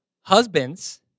husbands